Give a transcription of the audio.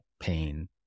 pain